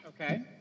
Okay